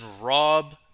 rob